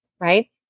right